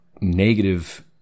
negative